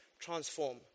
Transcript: transform